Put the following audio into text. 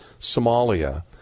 Somalia